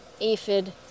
aphid